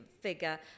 figure